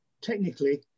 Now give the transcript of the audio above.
technically